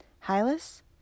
Hylas